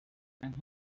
and